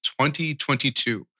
2022